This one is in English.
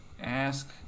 ask